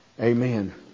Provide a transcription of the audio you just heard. Amen